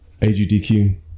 AGDQ